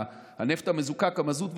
הנפט המזוקק, המזוט והסולר,